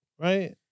right